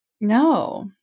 No